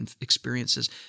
experiences